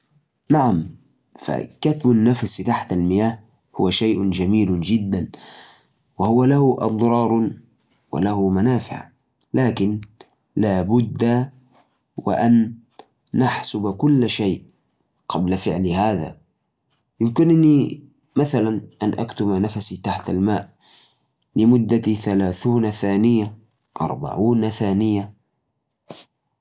في الغالب يمكن للإنسان العادي كتم نفسه تحت الماء لمده تتراوح بين ثلاثين ثانية إلى دقيقتين. لكن هذا يعتمد على اللياقه البدنية والقدره على التحمل. وأحياناً كثير على صحه الرئتين. بعض الغواصين المحترفين يمكنهم البقاء تحت الماء لفترات أطول تصل الي اربع دقائق او اكثر.